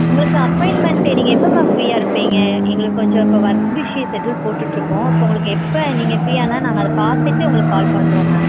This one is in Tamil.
உங்களுக்கு அசைன்மெண்ட்டு நீங்கள் எப்போ மேம் ஃப்ரீயாக இருப்பீங்க எங்களுக்கு கொஞ்சம் இப்போ ஒர்க் பிஸி ஷெட்யூல் போட்டுகிட்ருக்கோம் இப்போ உங்களுக்கு எப்போ நீங்கள் ஃப்ரீ ஆனால் நாங்கள் அதை பார்த்துட்டு உங்களுக்கு கால் பண்ணுறோம் மேம்